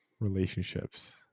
relationships